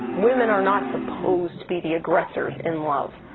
women are not supposed to be the aggressors in love.